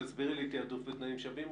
תסבירי לי מה זה תעדוף בתנאים שווים.